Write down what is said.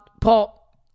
Paul